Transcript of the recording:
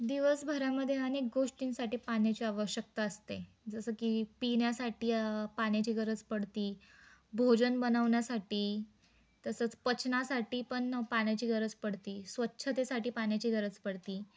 दिवसभरामध्येे अनेक गोष्टींसाठी पाण्याची आवश्यकता असते जसं की पिण्या्सानाही पाण्याची गरज पडती भोजन बनवण्यासाठी तसंच पचनासाठी पण पाण्याची गरज पडते स्वच्छतेसाठी पाण्याची गरज पडती